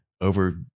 over